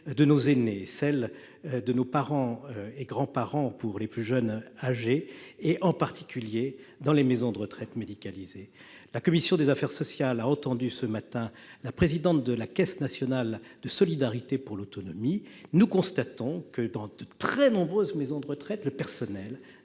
jeunes d'entre nous, de nos grands-parents âgés, en particulier ceux qui résident dans les maisons de retraite médicalisées. La commission des affaires sociales a entendu, ce matin, la présidente de la Caisse nationale de solidarité pour l'autonomie. Nous constatons que, dans de très nombreuses maisons de retraite, le personnel